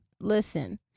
listen